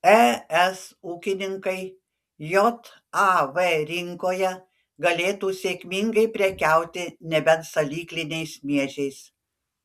es ūkininkai jav rinkoje galėtų sėkmingai prekiauti nebent salykliniais miežiais